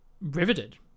riveted